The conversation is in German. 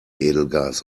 edelgas